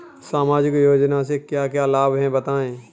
सामाजिक योजना से क्या क्या लाभ हैं बताएँ?